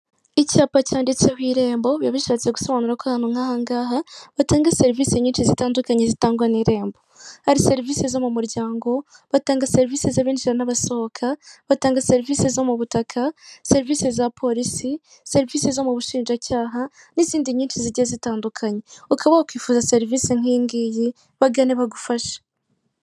Icyapa cyanditseho irembo biba bishatse gusobanura ko ahantu nk'aha ngaha batanga serivisi nyinshi zitandukanye zitangwa n'irembo, hari serivisi zo mu muryango, batanga serivisi z'abinjira nabasohoka, batanga serivisi zo mu butaka, serivisi za polisi, serivisi zo mu bushinjacyaha n'izindi nyinshi zigijye zitandukanye, ukaba wakifuza serivise nk'iyi ngiyi, bagane bagufashe.